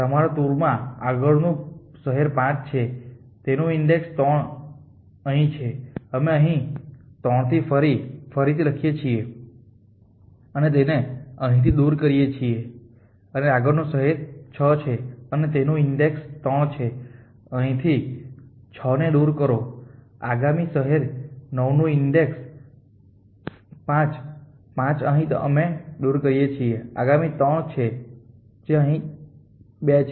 તમારી ટૂરમાં આગળનું શહેર 5 છે અને તેનું ઈન્ડેક્સ 3 અહીં છે અમે અહીં 3 ફરીથી લખીએ છીએ અને તેને અહીંથી દૂર કરીએ છીએ અને આગળનું શહેર 6 છે અને તેનું ઈન્ડેક્સ 3 અહીંથી 6 ને દૂર કરો આગામી શહેર 9 તેનું ઈન્ડેક્સ 5 5 અહીં અમે તેને દૂર કરીએ છીએ આગામી 3 જે અહીં 2 છે